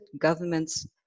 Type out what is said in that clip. governments